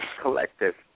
collective